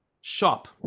shop